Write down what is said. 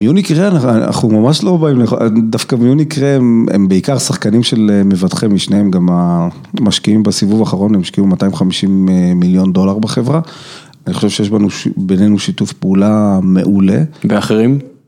יוניק רי אנחנו ממש לא באים, דווקא מיוניק רי הם בעיקר שחקנים של מבטחי משני, גם המשקיעים בסיבוב האחרון, הם השקיעו 250 מיליון דולר בחברה. אני חושב שיש בינינו שיתוף פעולה מעולה. ואחרים?